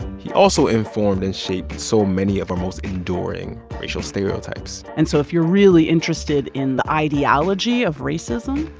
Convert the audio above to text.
he also informed and shaped so many of our most enduring racial stereotypes and so if you're really interested in the ideology of racism,